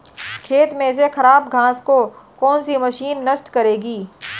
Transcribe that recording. खेत में से खराब घास को कौन सी मशीन नष्ट करेगी?